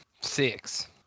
Six